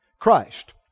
Christ